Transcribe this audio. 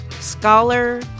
scholar